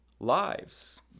lives